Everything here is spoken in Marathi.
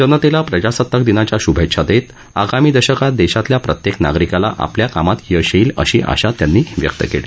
जनतेला प्रजासत्ताक दिनाच्या शुभेच्छा देत आगामी दशकात देशातल्या प्रत्येक नागरिकाला आपाल्या कामात यश येईल अशी आशा त्यांनी व्यक्त केली